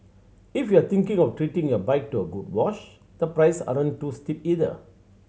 if you're thinking of treating your bike to a good wash the price aren't too steep either